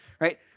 right